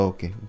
Okay